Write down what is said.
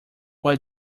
why